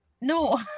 No